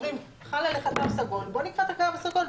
אומרים: חל עליך תו סגול, בוא נקרא את התו הסגול.